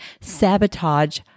sabotage